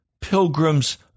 pilgrim's